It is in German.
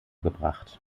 gebracht